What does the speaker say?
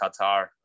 Qatar